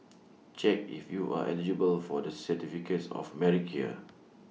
check if you are eligible for the certificates of merit here